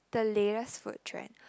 the latest food trend